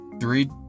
three